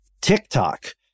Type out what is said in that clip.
TikTok